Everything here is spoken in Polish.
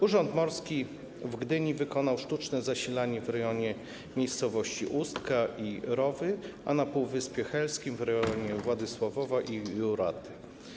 Urząd Morski w Gdyni wykonał sztuczne zasilanie w rejonie miejscowości Ustka i Rowy, a na Półwyspie Helskim - w rejonie Władysławowa i Juraty.